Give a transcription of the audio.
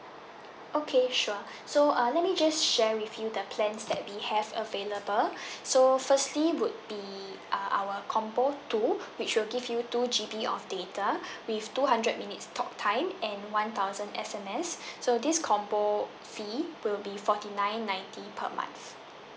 okay sure so err let me just share with you the plans that we have available so firstly would be uh our combo two which will give you two G_B of data with two hundred minutes talk time and one thousand S_M_S so this combo fee will be forty nine ninety per month